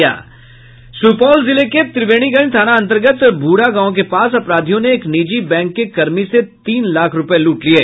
सुपौल जिले के त्रिवेणीगंज थाना अंतर्गत भूड़ा गांव के पास अपराधियों ने एक निजी बैंक के कर्मी से तीन लाख रुपये लूट लिये